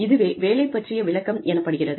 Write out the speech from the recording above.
இதுவே வேலை பற்றிய விளக்கம் எனப்படுகிறது